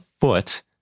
foot